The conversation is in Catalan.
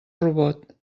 robot